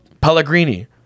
Pellegrini